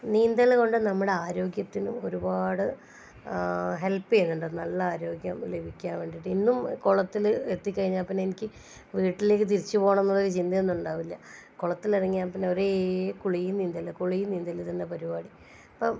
നീന്തലുകൊണ്ട് നമ്മുടെ ആരോഗ്യത്തിന് ഒരുപാട് ഹെൽപ്പ് ചെയ്യുന്നുണ്ട് നല്ല ആരോഗ്യം ലഭിക്കാൻ വേണ്ടിട്ട് ഇന്നും കുളത്തിൽ എത്തി കഴിഞ്ഞാൽ പിന്നെ എനിക്ക് വീട്ടിലേയ്ക്ക് തിരിച്ച് പോകണമെന്നുള്ളൊരു ചിന്തയൊന്നും ഉണ്ടാവില്ല കുളത്തിലിറങ്ങിയാൽ പിന്നെ ഒരേ കുളിയും നീന്തലും കുളിയും നീന്തലും ഇതുതന്നെ പരിപാടി ഇപ്പം